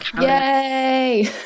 Yay